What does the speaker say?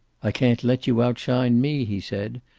i can't let you outshine me, he said.